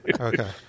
Okay